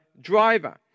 driver